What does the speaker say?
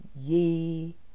ye